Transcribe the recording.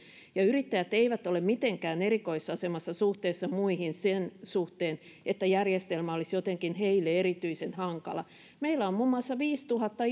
ja yrittäjät eivät ole mitenkään erikoisasemassa suhteessa muihin sen suhteen että järjestelmä olisi jotenkin heille erityisen hankala meillä on muun muassa viisituhatta